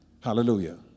Hallelujah